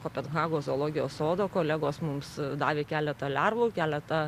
kopenhagos zoologijos sodo kolegos mums davė keletą lervų keletą